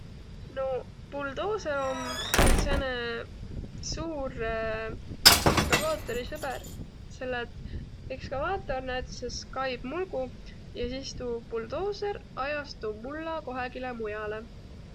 Noq buldooser om nüüd sääne suur ekskavaatori sõber, selle et ekskavaator näütüses kaib mulgu ja sis tuu buldooser ajas tuu mulla kohegile mujale.